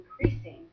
increasing